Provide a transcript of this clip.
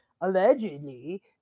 allegedly